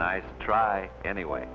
nice try anyway